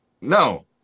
no